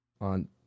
on